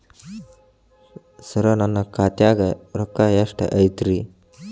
ಸರ ನನ್ನ ಖಾತ್ಯಾಗ ರೊಕ್ಕ ಎಷ್ಟು ಐತಿರಿ?